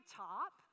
top